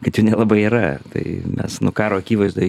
kad jų nelabai yra tai mes nu karo akivaizdoj